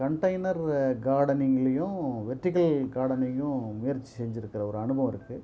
container கார்டனிங்லியும் vertical கார்டனிங்கும் முயற்சி செஞ்சிருக்கிற ஒரு அனுபவம் இருக்குது